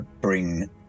bring